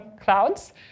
clouds